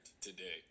today